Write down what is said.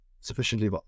sufficiently